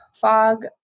fog